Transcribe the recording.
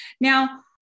Now